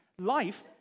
Life